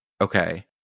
Okay